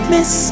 Miss